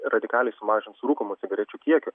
radikaliai sumažins rūkomų cigarečių kiekį